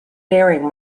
faring